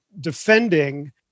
defending